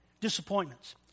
disappointments